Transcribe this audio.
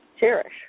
Cherish